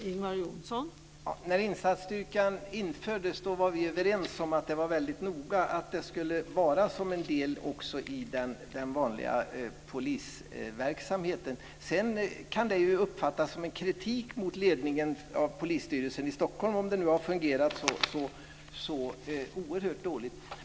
Fru talman! När insatsstyrkan infördes var vi överens om att det var väldigt noga att den skulle utgöra en del i den vanliga polisverksamheten. Sedan kan det uppfattas som kritik mot ledningen för polisstyrelsen i Stockholm om det nu har fungerat så oerhört dåligt.